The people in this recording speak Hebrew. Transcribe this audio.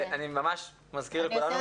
אני מזכיר לכולנו,